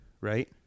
right